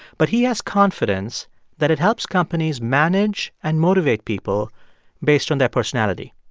but he has confidence that it helps companies manage and motivate people based on their personality.